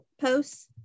posts